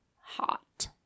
hot